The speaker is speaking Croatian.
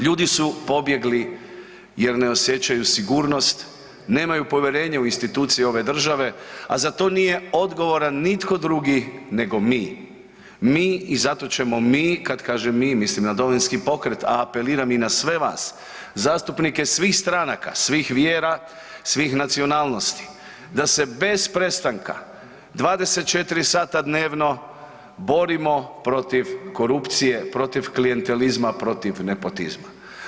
Ljudi su pobjegli jer ne osjećaju sigurnost, nemaju povjerenje u institucije ove države, a za to nije odgovoran nitko drugi nego mi, mi i zato ćemo mi, kad kažem mi mislim na Domovinski pokret, a apeliram i na sve vas, zastupnike svih stranaka, svih vjera, svih nacionalnosti da se bez prestanka 24 sata dnevno borimo protiv korupcije, protiv klijentalizma, protiv nepotizma.